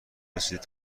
رسیده